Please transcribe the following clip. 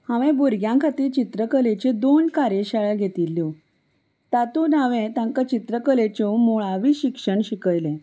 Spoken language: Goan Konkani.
हांवें भुरग्यां खातीर चित्रकलेच्यो दोन कार्यशाळा घेतिल्ल्यो तातूंत हांवें तांकां चित्रकलेच्यो मुळावी शिक्षण शिकयलें